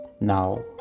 Now